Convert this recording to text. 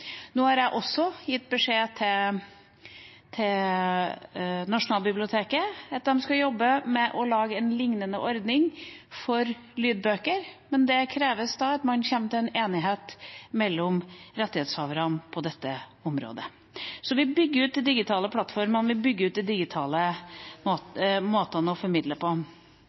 Nå har jeg også gitt beskjed til Nasjonalbiblioteket om at de skal anbefale en modell for utlån av lydbøker i bibliotek, men det krever at man kommer til en enighet mellom rettighetshaverne på dette området. Så vi bygger ut de digitale plattformene, vi bygger ut de digitale måtene å formidle på.